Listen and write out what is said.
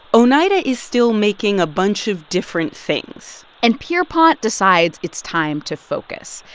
oneida is still making a bunch of different things and pierrepont decides it's time to focus.